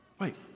Wait